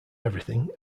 everything